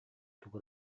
тугу